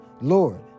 Lord